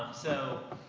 so,